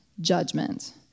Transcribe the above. judgment